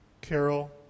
Carol